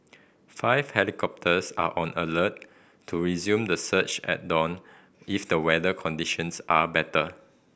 five helicopters are on alert to resume the search at dawn if the weather conditions are better